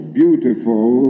beautiful